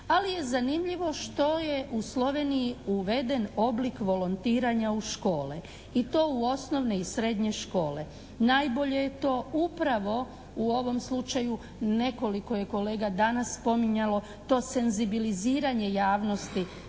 Ali je zanimljivo što je Sloveniji uveden oblik volontiranja u škole. I to u osnovne i srednje škole. Najbolje je to upravo u ovom slučaju, nekoliko je kolega danas spominjalo to senzibiliziranje javnosti